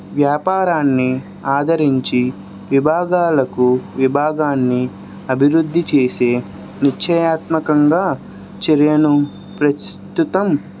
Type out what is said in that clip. వ్యాపారాన్ని ఆదరించి విభాగాలకు విభాగాన్ని అభివృద్ధి చేసే నుత్యయాత్మకంగా చర్యను ప్రస్తుతం